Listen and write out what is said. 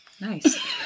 Nice